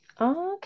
Okay